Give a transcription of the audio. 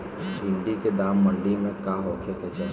भिन्डी के दाम मंडी मे का होखे के चाही?